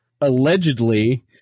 allegedly